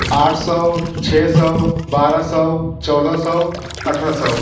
आठ सौ छः सौ बारह सौ चौदह सौ अट्ठराह सौ